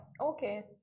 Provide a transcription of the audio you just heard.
Okay